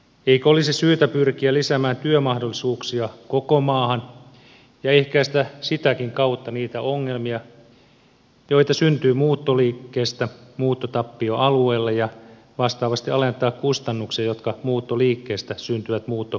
eikö olisi syytä pyrkiä lisäämään työmahdollisuuksia koko maahan ja ehkäistä sitäkin kautta niitä ongelmia joita syntyy muuttoliikkeestä muuttotappioalueilla ja vastaavasti alentaa kustannuksia jotka muuttoliikkeestä syntyvät muuttokeskusalueilla